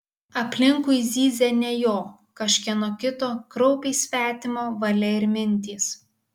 aplinkui zyzė ne jo kažkieno kito kraupiai svetimo valia ir mintys